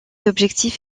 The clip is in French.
objectif